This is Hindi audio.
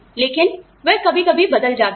लेकिन वह कभी कभी बदल जाती है